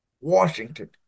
Washington